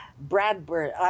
Bradbury